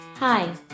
Hi